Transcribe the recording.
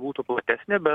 būtų platesnė bet